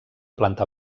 planta